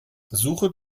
suche